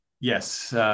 Yes